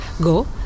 go